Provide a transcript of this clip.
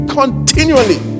continually